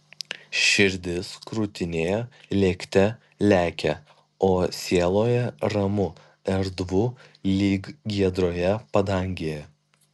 širdis krūtinėje lėkte lekia o sieloje ramu erdvu lyg giedroje padangėje